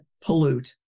pollute